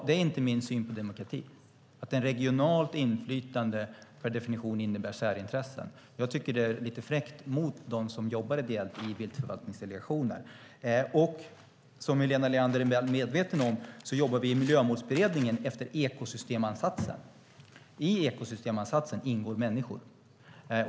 Det är inte min syn på demokrati att regionalt inflytande per definition innebär särintressen. Jag tycker att det är lite fräckt mot dem som jobbar ideellt i viltförvaltningsdelegationer att beskriva det på det sättet. Som Helena Leander är väl medveten om jobbar vi i Miljömålsberedningen efter ekosystemansatsen. I ekosystemansatsen inkluderas människor.